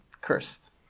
cursed